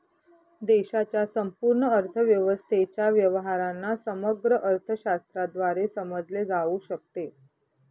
देशाच्या संपूर्ण अर्थव्यवस्थेच्या व्यवहारांना समग्र अर्थशास्त्राद्वारे समजले जाऊ शकते